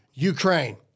Ukraine